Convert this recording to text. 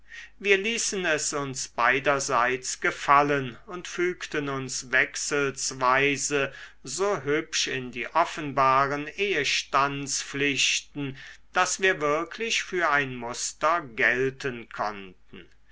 wir ließen es uns beiderseits gefallen und fügten uns wechselsweise so hübsch in die offenbaren ehestandspflichten daß wir wirklich für ein muster gelten konnten